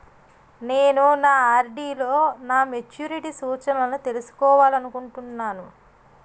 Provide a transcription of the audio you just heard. నేను నా ఆర్.డి లో నా మెచ్యూరిటీ సూచనలను తెలుసుకోవాలనుకుంటున్నాను